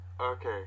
okay